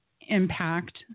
impact